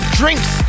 drinks